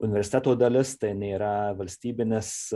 universiteto dalis tai nėra valstybinis